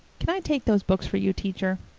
can i take those books for you, teacher?